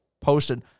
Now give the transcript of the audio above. posted